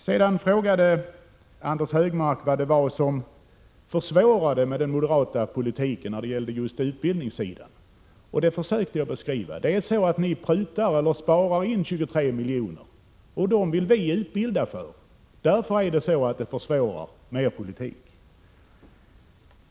Så frågade Anders Högmark vad den moderata politiken skulle innebära för svårigheter på utbildningssidan, och det försökte jag beskriva. Ni vill pruta eller spara in 23 milj.kr., och vi vill utbilda för dessa pengar. Därför är er politik försvårande.